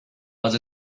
was